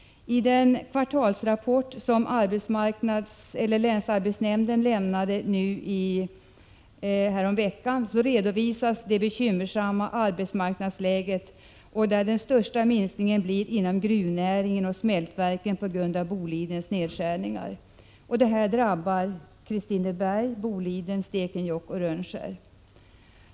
I den kvartalsrapport som länsarbetsnämnden lämnade häromveckan redovisas det bekymmersamma arbetsmarknadsläget. Den största minskningen blir inom gruvnäringen och smältverken på grund av Bolidens nedskärningar. Detta drabbar Kristineberg, Boliden, Stekenjåkk och Rönnskär.